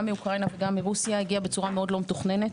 גם מאוקראינה וגם מרוסיה הגיע בצורה מאוד לא מתוכננת,